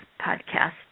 podcast